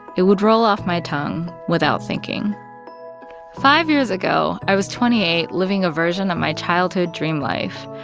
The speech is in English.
it would roll off my tongue without thinking five years ago, i was twenty eight, living a version of my childhood dream life.